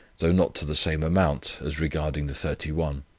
though not to the same amount, as regarding the thirty one.